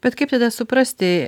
bet kaip tada suprasti